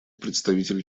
представитель